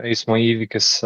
eismo įvykis